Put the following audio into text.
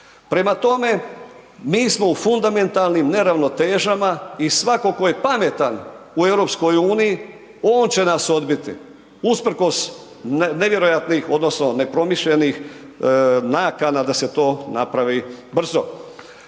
Prema tome, mi smo u fundamentalnim neravnotežama i svako ko je pametan u EU, on će nas odbiti. Usprkos nevjerojatnih odnosno nepromišljenih nakana da se to napravi brzo.